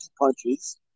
punches